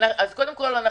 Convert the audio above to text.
קודם כל אנו